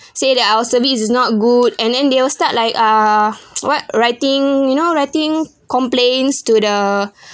say that our service is not good and then they will start like uh what writing you know writing complains to the